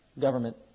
government